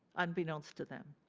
unbeknownst to them.